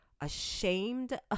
ashamed